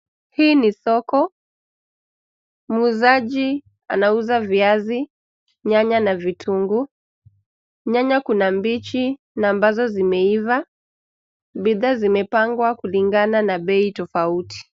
Hii ni soko. Muuzaji anauza viazi, nyanya na vitunguu. Nyanya kuna mbichi na ambazo zimeiva. Bidhaa zimepangwa kulingana na bei tofauti.